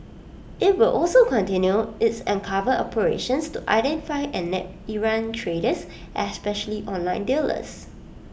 IT will also continue its undercover operations to identify and nab errant traders especially online dealers